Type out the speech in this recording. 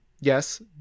Yes